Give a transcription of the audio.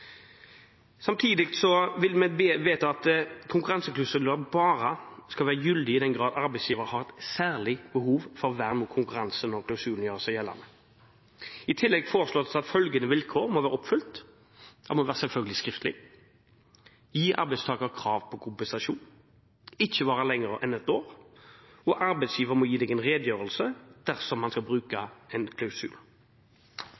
Samtidig vil vi vedta at konkurranseklausuler bare skal være gyldige i den grad arbeidsgiver har et særlig behov for vern mot konkurranse når klausulen gjør seg gjeldende. I tillegg foreslås det at følgende vilkår må være oppfylt: Det må selvfølgelig være skriftlig, gi arbeidstaker krav på kompensasjon, ikke vare lenger enn et år, og arbeidsgiver må gi en redegjørelse dersom man skal bruke en klausul.